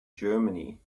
germany